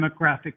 demographic